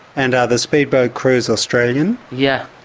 and are the speed boat crews australian? yeah